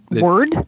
word